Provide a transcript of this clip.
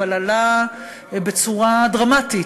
אבל עלה בצורה דרמטית,